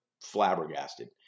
flabbergasted